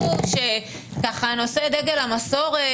הוא שנושא דגל המסורת,